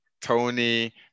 Tony